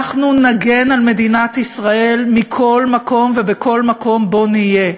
אנחנו נגן על מדינת ישראל מכל מקום ובכל מקום שבו נהיה,